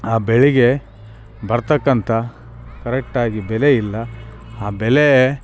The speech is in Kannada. ಆ ಬೆಳೆಗೆ ಬರ್ತಕ್ಕಂಥ ಕರೆಟ್ಟಾಗಿ ಬೆಲೆ ಇಲ್ಲ ಆ ಬೆಲೆ